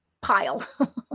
pile